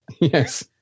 Yes